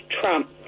Trump